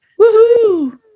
Woohoo